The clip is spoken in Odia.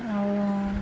ଆଉ